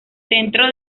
centro